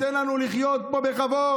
תן לנו לחיות פה בכבוד.